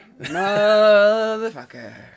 Motherfucker